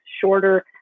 shorter